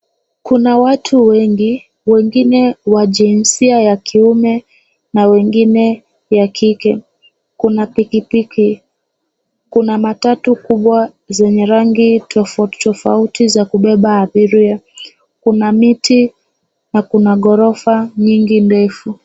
Kuna watu wengi, wengine wa jinsia ya kiume na wengine ya kike. Kuna pikipiki. Kuna matatu kubwa zenye rangi tofauti tofauti za kubeba abiria. Kuna miti na kuna ghorofa nyingi ndefu.